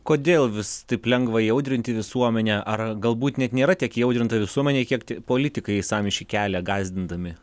kodėl vis taip lengva įaudrinti visuomenę ar galbūt net nėra tiek įaudrinta visuomenė kiek tie politikai sąmyšį kelia gąsdindami